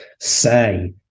say